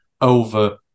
over